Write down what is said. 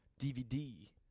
DVD